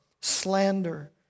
slander